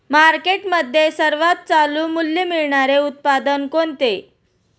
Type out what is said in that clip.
मार्केटमध्ये सर्वात चालू मूल्य मिळणारे उत्पादन कोणते?